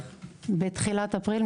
בתחילת אפריל.